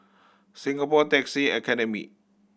Singapore Taxi Academy